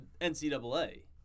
NCAA